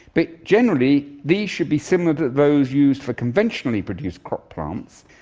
but generally these should be similar to those used for conventionally produced crop plants,